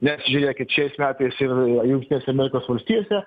nes žiūrėkit šiais metais ir jungtinėse amerikos valstijose